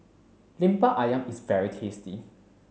Lemper Ayam is very tasty